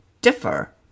differ